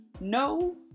no